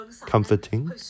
comforting